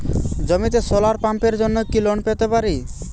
জমিতে সোলার পাম্পের জন্য কি লোন পেতে পারি?